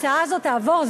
ההצעה הזאת תעבור,